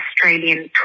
Australian